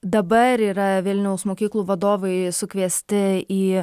dabar yra vilniaus mokyklų vadovai sukviesti į